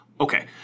Okay